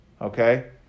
okay